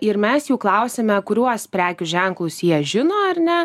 ir mes jų klausėme kuriuos prekių ženklus jie žino ar ne